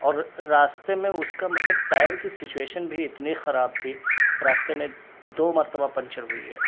اور راستے میں اس کا مطلب ٹائر کی سچویشن بھی اتنی خراب تھی راستے میں دو مرتبہ پنچر ہوئی ہے